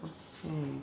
mm